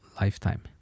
lifetime